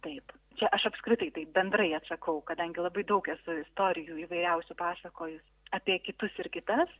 taip čia aš apskritai taip bendrai atsakau kadangi labai daug esu istorijų įvairiausių pasakojus apie kitus ir kitas